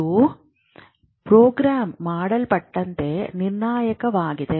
ಇದು ಪ್ರೋಗ್ರಾಮ್ ಮಾಡಲ್ಪಟ್ಟಂತೆ ನಿರ್ಣಾಯಕವಾಗಿದೆ